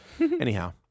Anyhow